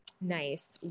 nice